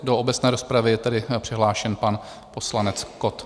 Do obecné rozpravy je tedy přihlášen pan poslanec Kott.